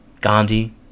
Gandhi